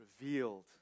Revealed